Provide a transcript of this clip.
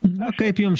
na kaip jums